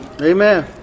Amen